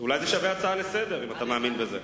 אולי זה שווה הצעה לסדר-היום, אם אתה מאמין בזה.